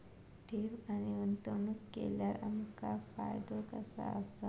ठेव आणि गुंतवणूक केल्यार आमका फायदो काय आसा?